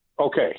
okay